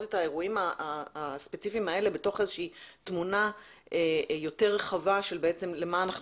את האירועים הספציפיים האלה בתוך איזושהי תמונה יותר רחבה למה אנחנו